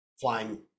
flying